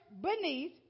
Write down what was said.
beneath